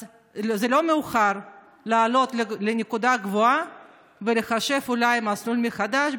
אז לא מאוחר לעלות לנקודה גבוהה ולחשב אולי מסלול מחדש,